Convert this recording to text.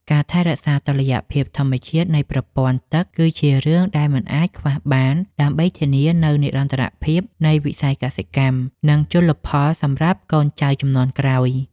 ការថែរក្សាតុល្យភាពធម្មជាតិនៃប្រព័ន្ធទឹកគឺជារឿងដែលមិនអាចខ្វះបាន ដើម្បីធានានូវនិរន្តរភាពនៃវិស័យកសិកម្ម និងជលផលសម្រាប់កូនចៅជំនាន់ក្រោយ។